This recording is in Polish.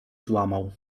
złamał